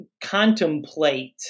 contemplate